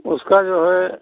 उसका जो है